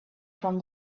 from